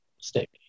stick